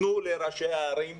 תנו לראשי הערים,